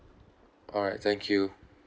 alright thank you